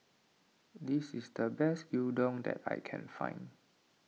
this is the best Gyudon that I can find